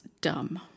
dumb